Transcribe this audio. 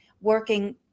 working